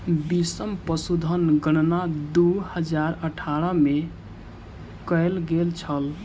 बीसम पशुधन गणना दू हजार अठारह में कएल गेल छल